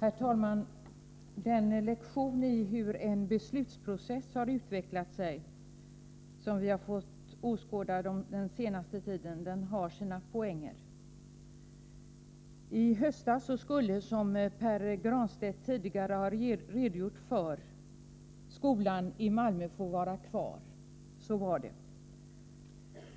Herr talman! Den lektion i hur en beslutsprocess har utvecklat sig som vi har fått under den senaste tiden har sina poänger. I höstas skulle, som Pär Granstedt tidigare har redogjort för, skolan i Malmö få vara kvar.